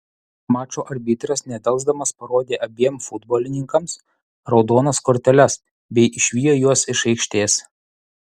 mačo arbitras nedelsdamas parodė abiem futbolininkams raudonas korteles bei išvijo juos iš aikštės